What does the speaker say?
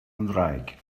ngwraig